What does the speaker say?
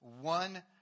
one